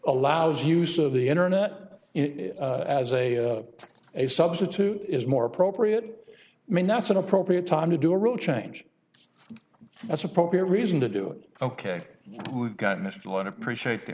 allows use of the internet as a substitute is more appropriate i mean that's an appropriate time to do a real change that's appropriate reason to do it ok we've got mifflin appreciate the